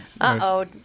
Uh-oh